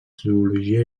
zoologia